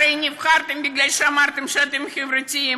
הרי נבחרתם מפני שאמרתם שאתם חברתיים.